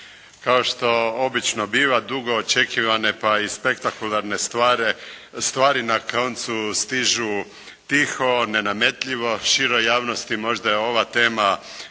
Kao što obično biva, dugo očekivane pa i spektakularne stvari na koncu stižu tiho, nenametljivo, široj javnosti možda je ova tema